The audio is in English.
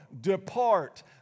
depart